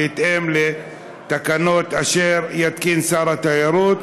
בהתאם לתקנות אשר יתקין שר התיירות,